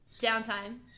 Downtime